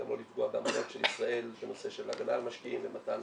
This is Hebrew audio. גם לא לפגוע במצב של ישראל בנושא של הגנה על משקיעים ומתן